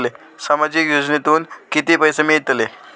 सामाजिक योजनेतून किती पैसे मिळतले?